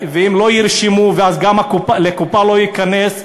ואם לא ירשמו אז גם לקופה לא ייכנס.